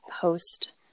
post